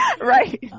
right